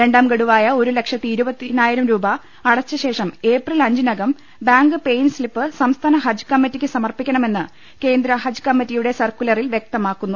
രണ്ടാംഗഡുവായ ഒരുലക്ഷത്തി ഇരുപതിനായിരം രൂപ അടച്ചശേഷം ഏപ്രിൽ അഞ്ചിനകം ബ്രാങ്ക് പേ ഇൻ സ്ലിപ്പ് സംസ്ഥാന ഹജ്ജ് കമ്മിറ്റിയ്ക്ക് സമർപ്പിക്കണമെന്ന് കേന്ദ്ര ഹജ്ജ് കമ്മിറ്റിയുടെ സർക്കുലറിൽ വ്യക്തമാക്കുന്നു